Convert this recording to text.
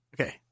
Okay